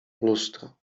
lustro